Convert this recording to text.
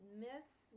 myths